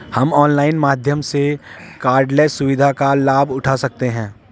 हम ऑनलाइन माध्यम से कॉर्डलेस सुविधा का लाभ उठा सकते हैं